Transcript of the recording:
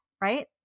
right